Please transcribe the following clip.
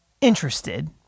interested